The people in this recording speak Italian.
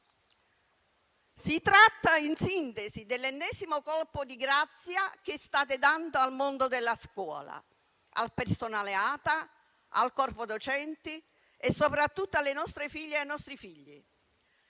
Si tratta, in sintesi, dell'ennesimo colpo di grazia che state dando al mondo della scuola, al personale ATA, al corpo docenti e soprattutto alle nostre figlie e ai nostri figli.